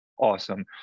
awesome